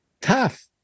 tough